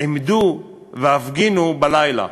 עמדו והפגינו בלילה.